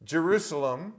Jerusalem